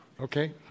Okay